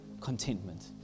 contentment